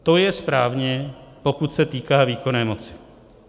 To je správně, pokud se týká výkonné moci.